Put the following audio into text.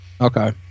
okay